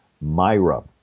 Myra